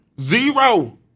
Zero